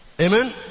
amen